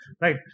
right